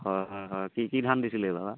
হয় হয় হয় কি কি ধান দিছিলে দাদা